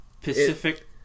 Pacific